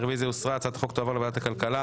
הרוויזיה הוסרה, הצעת החוק תועבר לוועדת הכלכלה.